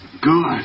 Good